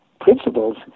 principles